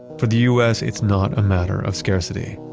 for the us, it's not a matter of scarcity,